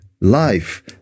life